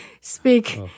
speak